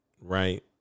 right